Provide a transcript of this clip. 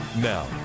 Now